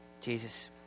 Jesus